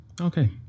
okay